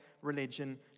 religion